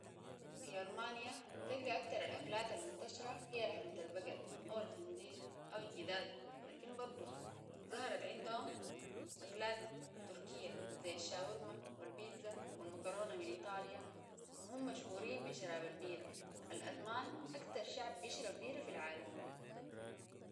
في ألمانيا بتلقي أكتر الأكلات المنتشرة هي لحمة البقر أو الخنزير أو الجداد لكن برضو ظهرت عندهم أكلات تركية زي الشاورما والبيتزا والمكرونة من إيطاليا وهم مشهورين بي شراب البيرة الألمان أكتر شعب بيشرب بيرة في العالم